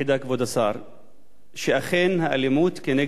שאכן האלימות כנגד ערבים היא חלק אינטגרלי,